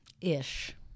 ish